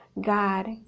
God